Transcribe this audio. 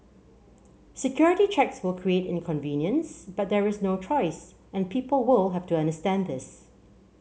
security checks will create inconvenience but there is no choice and people will have to understand this